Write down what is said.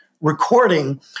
recording